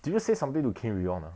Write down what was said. do you say something to kim ong ah